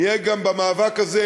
נהיה גם במאבק הזה,